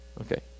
okay